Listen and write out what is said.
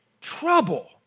trouble